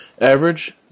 average